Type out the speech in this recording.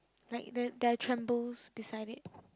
like the there are trembles beside it